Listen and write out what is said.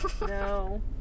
No